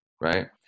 right